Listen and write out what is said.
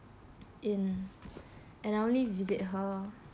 in and I only visit her